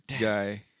guy